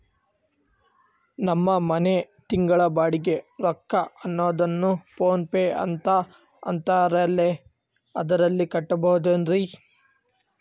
ನಮ್ಮ ಮನೆಯ ತಿಂಗಳ ಬಾಡಿಗೆ ರೊಕ್ಕ ಅದೇನೋ ಪೋನ್ ಪೇ ಅಂತಾ ಐತಲ್ರೇ ಅದರಾಗ ಕಟ್ಟಬಹುದೇನ್ರಿ?